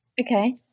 Okay